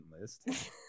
list